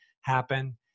happen